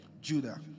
Judah